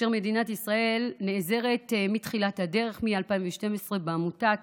ומדינת ישראל נעזרת מתחילת הדרך, מ-2012, בעמותת